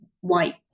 white